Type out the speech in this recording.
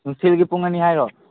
ꯅꯨꯡꯊꯤꯜꯒꯤ ꯄꯨꯡ ꯑꯅꯤ ꯍꯥꯏꯔꯣ